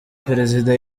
perezida